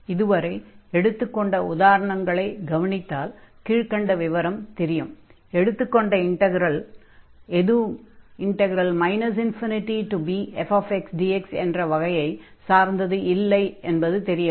இதுவரை எடுத்துக் கொண்ட உதாரணங்களைக் கவனித்தால் கீழ்க்கண்ட விவரம் தெரியும் எடுத்துக் கொண்ட இன்டக்ரல்கள் எதுவும் ∞bfxdx என்ற வகையைச் சார்ந்தது இல்லை என்பது தெரிய வரும்